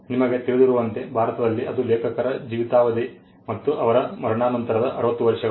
ನಿಮಗೆ ತಿಳಿದಿರುವಂತೆ ಭಾರತದಲ್ಲಿ ಅದು ಲೇಖಕರ ಜೀವಿತಾವಧಿ ಮತ್ತು ಅವರ ಮರಣಾನಂತರದ 60 ವರ್ಷಗಳು